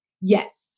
Yes